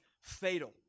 fatal